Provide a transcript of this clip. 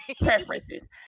preferences